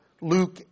Luke